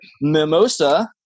mimosa